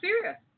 serious